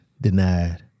denied